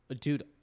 dude